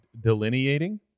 delineating